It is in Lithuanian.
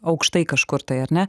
aukštai kažkur tai ar ne